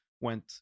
went